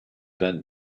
bent